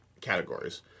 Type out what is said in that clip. categories